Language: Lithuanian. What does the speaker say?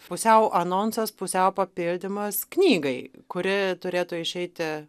pusiau anonsas pusiau papildymas knygai kuri turėtų išeiti